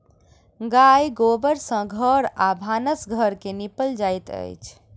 गाय गोबर सँ घर आ भानस घर के निपल जाइत अछि